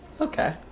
okay